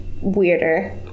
weirder